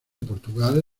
portugal